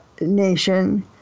nation